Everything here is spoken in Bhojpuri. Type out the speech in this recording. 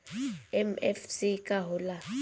एम.एफ.सी का हो़ला?